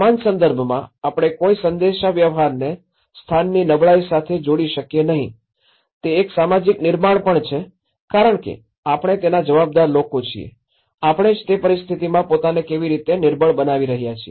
સમાન સંદર્ભમાં આપણે કોઈ સંદેશાવ્યવહારને સ્થાનની નબળાઇ સાથે જોડી શકીએ નહીં તે એક સામાજિક નિર્માણ પણ છે કારણ કે આપણે તેના જવાબદાર લોકો છીએ આપણે જ તે પરિસ્થિતિમાં પોતાને કેવી રીતે નિર્બળ બનાવી રહ્યા છીએ